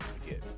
forget